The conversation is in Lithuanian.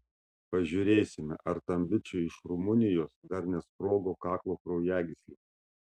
pažiūrėsime ar tam bičui iš rumunijos dar nesprogo kaklo kraujagyslės